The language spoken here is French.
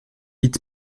hit